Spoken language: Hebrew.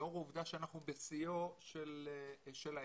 לאור העובדה שאנחנו בשיאו של ההסכם,